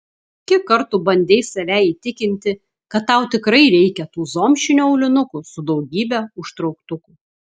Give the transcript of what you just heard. kiek kartų bandei save įtikinti kad tau tikrai reikia tų zomšinių aulinukų su daugybe užtrauktukų